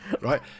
right